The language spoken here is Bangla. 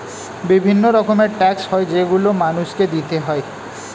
বিভিন্ন রকমের ট্যাক্স হয় যেগুলো মানুষকে দিতে হয়